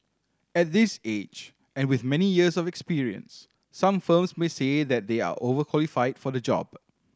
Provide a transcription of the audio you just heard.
at this age and with many years of experience some firms may say that they are overqualified for the job